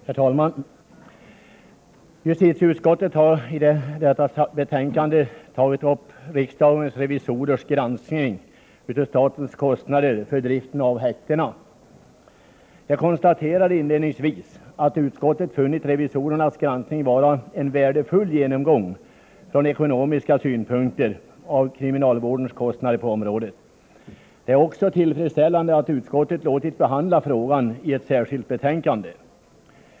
Herr talman! Justitieutskottet har i detta betänkande tagit upp riksdagens revisorers granskning av statens kostnader för driften av häktena. Jag konstaterar inledningsvis att utskottet funnit revisorernas granskning vara en från ekonomiska synpunkter värdefull genomgång av kriminalvårdens kostnader på området. Det är också tillfredsställande att utskottet har låtit behandla frågan i ett särskilt betänkande.